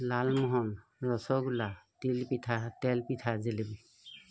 লালমোহন ৰসগোল্লা তিলপিঠা তেলপিঠা জেলেপী